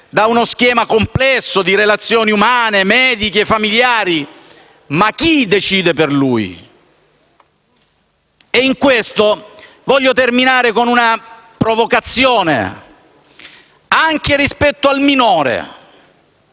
da una schema complesso di relazioni umane, mediche e familiari. Ma dobbiamo chiederci chi decide per lui. Su questo tema voglio terminare con una provocazione: anche rispetto al minore,